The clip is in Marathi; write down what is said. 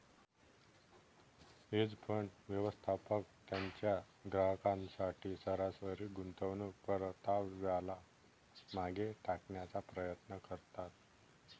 हेज फंड, व्यवस्थापक त्यांच्या ग्राहकांसाठी सरासरी गुंतवणूक परताव्याला मागे टाकण्याचा प्रयत्न करतात